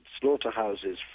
slaughterhouses